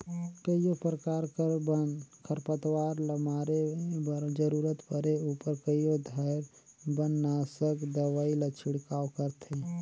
कइयो परकार कर बन, खरपतवार ल मारे बर जरूरत परे उपर कइयो धाएर बननासक दवई कर छिड़काव करथे